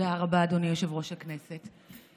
תודה רבה, אדוני יושב-ראש הכנסת.